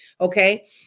Okay